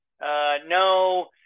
no